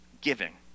Giving